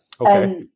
Okay